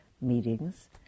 meetings